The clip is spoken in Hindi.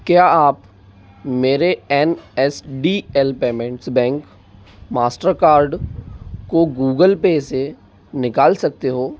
क्या आप मेरे N S D L payments bank master card को गूगल पे से निकाल सकते हो